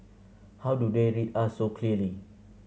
how do they read us so clearly